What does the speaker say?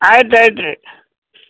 ಆಯ್ತು ಆಯ್ತು ರೀ